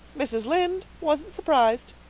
mrs. lynde wasn't surprised!